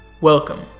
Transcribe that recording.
Welcome